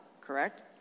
correct